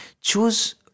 choose